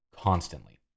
constantly